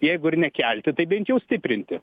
jeigu ir nekelti tai bent jau stiprinti